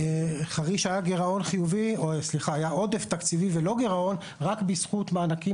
לחריש היה עודף תקציבי ולא גירעון רק בזכות מענקים